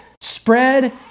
Spread